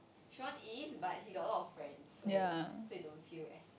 sean is but he got a lot of friends so so you don't feel as